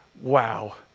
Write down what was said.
Wow